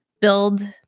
build